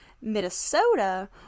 Minnesota